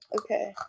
Okay